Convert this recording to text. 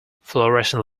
fluorescent